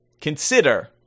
Consider